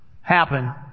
happen